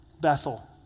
Bethel